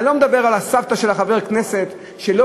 אני לא מדבר על הסבתא של חבר הכנסת שהשוכר לא